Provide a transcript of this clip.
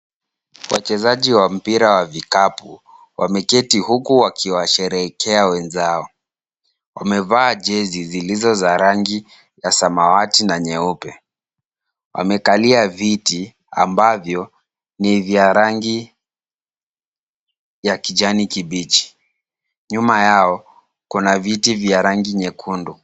Wachezaji wa mpira wa vikapu wameketi huku wakiwasherehekea wenzao. Wamevaa jezi zilizo za rangi ya samawati na nyeupe. Wamekalia viti ambavyo ni vya rangi ya kijani kibichi. Nyuma yao kuna viti vya rangi nyekundu.